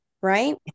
right